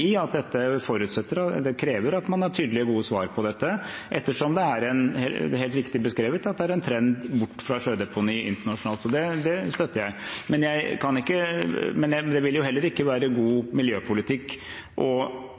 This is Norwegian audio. at dette krever at man har tydelige og gode svar, ettersom det er en trend – det er helt riktig beskrevet – bort fra sjødeponi internasjonalt. Så det støtter jeg. Men det vil heller ikke være god miljøpolitikk å avstå fra det